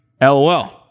LOL